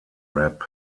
rap